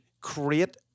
create